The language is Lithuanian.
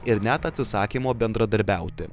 ir net atsisakymo bendradarbiauti